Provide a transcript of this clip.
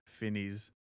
Finneys